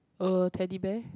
a Teddy Bear